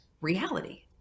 reality